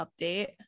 update